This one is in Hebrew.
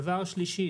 דבר שלישי,